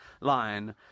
line